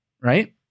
right